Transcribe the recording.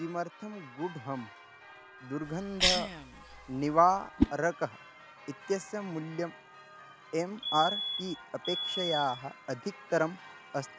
किमर्थं गुड् हम् दुर्घन्धनिवारकः इत्यस्य मुल्यम् एम् आर् पी अपेक्षया अधिकतरम् अस्ति